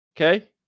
okay